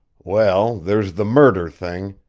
well, there's the murder thing,